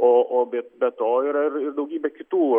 o o be be to yra ir ir daugybė kitų